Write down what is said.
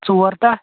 ژور تَہہ